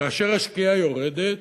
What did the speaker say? שכאשר השקיעה יורדת,